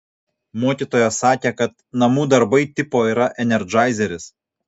mokytoja sakė kad namų darbai tipo yra enerdžaizeris